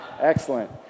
excellent